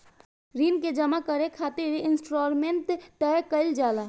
ऋण के जामा करे खातिर इंस्टॉलमेंट तय कईल जाला